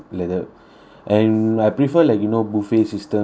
and I prefer like you know buffet systems like that